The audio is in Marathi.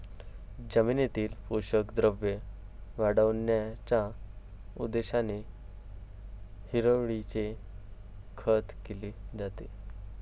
जमिनीतील पोषक द्रव्ये वाढविण्याच्या उद्देशाने हिरवळीचे खत केले जाते